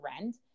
rent